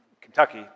Kentucky